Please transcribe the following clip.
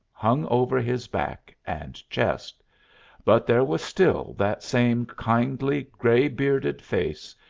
hung over his back and chest but there was still that same kindly, gray-bearded face,